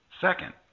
Second